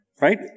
Right